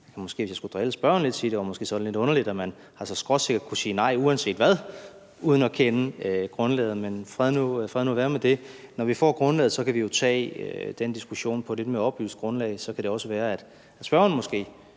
var sådan lidt underligt, at man så skråsikkert kunne sige nej uanset hvad og uden at kende grundlaget – men fred være med det. Når vi får grundlaget, kan vi jo tage den diskussion på et lidt mere oplyst grundlag. Så kan det også være, at spørgeren måske